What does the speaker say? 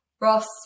Ross